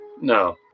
No